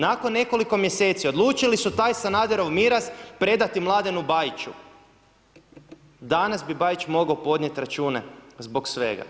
Nakon nekoliko mjeseci odlučili su taj Sanaderov miraz predati Mladenu Bajiću.“ Danas bi Bajić mogao podnijeti račune zbog svega.